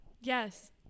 Yes